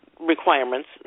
requirements